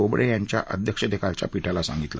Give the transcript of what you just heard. बोबडे यांच्या अध्यक्षतेखालच्या पीठाला सांगितलं